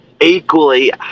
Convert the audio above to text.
equally